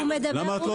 למה את לא אומרת מה כן?